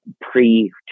pre